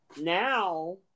Now